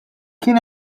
kien